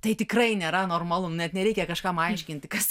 tai tikrai nėra normalu net nereikia kažkam aiškinti kas